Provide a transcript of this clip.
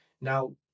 Now